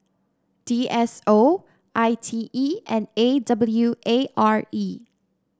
D S O I T E and A W A R E